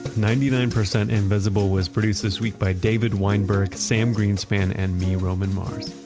ninety nine percent invisible was produced this week by david weinberg, sam greenspan and me, roman mars.